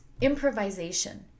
improvisation